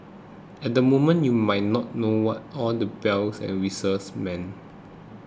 at the moment you might not know what all the bells and whistles mean